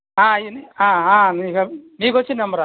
ఆవి అన్నీ నీకు మీకు వచ్చిన నెంబరా